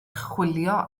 chwilio